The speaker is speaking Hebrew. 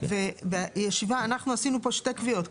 אנחנו עשינו פה שתי קביעות.